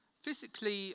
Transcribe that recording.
Physically